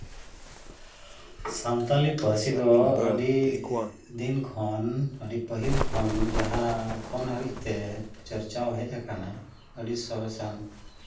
ᱥᱟᱱᱛᱟᱲᱤ ᱯᱟᱹᱨᱥᱤ ᱫᱚ ᱟᱹᱰᱤ ᱫᱤᱱ ᱠᱷᱚᱱ ᱟᱹᱰᱤ ᱯᱟᱹᱦᱤᱞ ᱠᱷᱚᱱ ᱡᱟᱦᱟᱸ ᱮᱠᱷᱚᱱ ᱦᱟᱹᱵᱤᱡᱛᱮ ᱪᱟᱨᱪᱟᱣ ᱦᱮᱡ ᱟᱠᱟᱱᱟ ᱟᱹᱰᱤ ᱥᱚᱨᱮᱥᱟᱱ